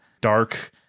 dark